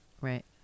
Right